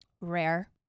Rare